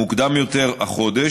מוקדם יותר החודש,